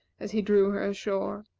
as he drew her ashore.